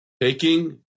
Taking